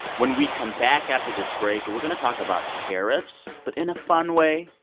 when we come back after this break, we're going to talk about tariffs but in a fun way.